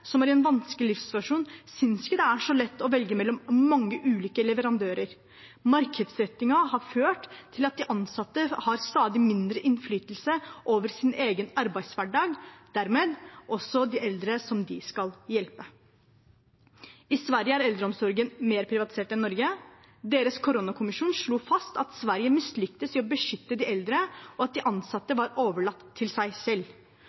som er i en vanskelig livssituasjon, ikke synes det er så lett å velge mellom mange ulike leverandører. Markedsrettingen har ført til at de ansatte har stadig mindre innflytelse over sin egen arbeidshverdag – og dermed også de eldre som de skal hjelpe. I Sverige er eldreomsorgen mer privatisert enn i Norge. Deres koronakommisjon slo fast at Sverige mislyktes i å beskytte de eldre, og at de ansatte var overlatt til seg selv.